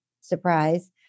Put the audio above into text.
surprise